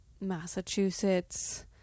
Massachusetts